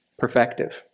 perfective